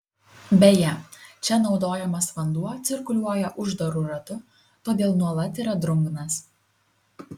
beje čia naudojamas vanduo cirkuliuoja uždaru ratu todėl nuolat yra drungnas